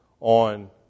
on